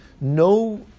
no